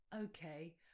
Okay